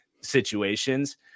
situations